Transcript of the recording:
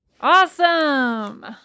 Awesome